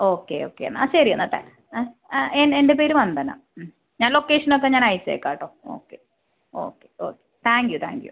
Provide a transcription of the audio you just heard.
okay okay എന്നാ ശരിയെന്നാ ട്ടാ ആ എ എൻ്റെ പേര് വന്ദന ഞാൻ ലൊക്കേഷനൊക്കെ ഞാനയച്ചേക്കാട്ടോ okay okay okay thank you thank you ശരി ഓക്കെ